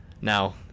Now